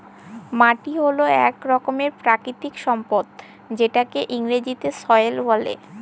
মাটি হল এক রকমের প্রাকৃতিক সম্পদ যেটাকে ইংরেজিতে সয়েল বলে